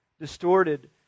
distorted